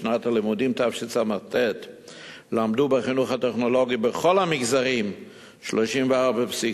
בשנת הלימודים תשס"ט למדו בחינוך הטכנולוגי בכל המגזרים 34.7%,